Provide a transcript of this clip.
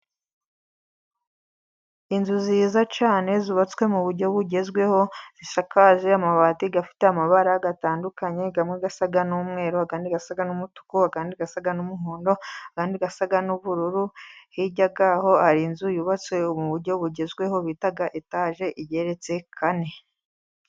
Inzu nziza cyane zubatswe mu buryo bugezweho, isakaje amabati afite amabara atandukanye, amwe asa n'umweru, andi asa n'umutuku, andi asa n'umuhondo, andi asa n'ubururu, hirya yaho hari inzu yubatswe mu buryo bugezweho bita etage igeretse kane.